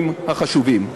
התחומים החשובים.